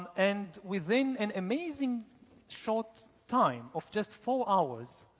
and within an amazing short time of just four hours,